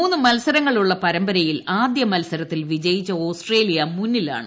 മൂന്ന് മത്സരങ്ങളുളള പരമ്പരയിൽ ആദ്യ മത്സരത്തിൽ വിജയിച്ച ഓസ്ട്രേലിയ മുന്നിലാണ്